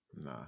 nah